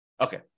Okay